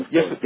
Yes